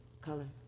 color